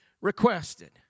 requested